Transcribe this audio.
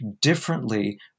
differently